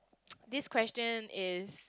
this question is